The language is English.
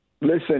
Listen